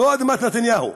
לא אדמת נתניהו.